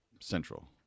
Central